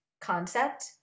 concept